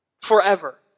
Forever